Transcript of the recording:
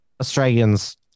Australians